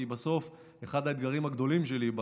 כי בסוף אחד האתגרים הגדולים שלי,